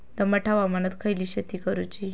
दमट हवामानात खयली शेती करूची?